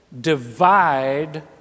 divide